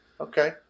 Okay